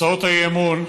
הצעות האי-אמון,